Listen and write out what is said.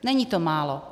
Není to málo.